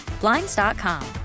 Blinds.com